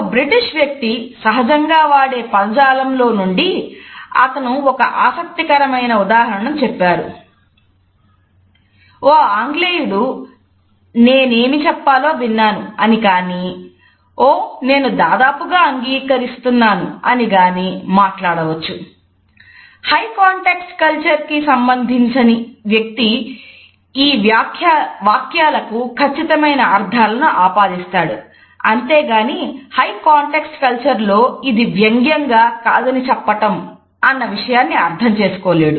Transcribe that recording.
ఒక బ్రిటిష్ లో ఇది వ్యంగ్యంగా కాదని చెప్పటం అన్న విషయాన్ని అర్థం చేసుకోలేడు